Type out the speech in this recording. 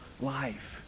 life